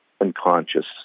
unconscious